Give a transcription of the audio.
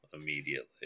immediately